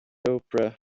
opera